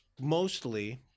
mostly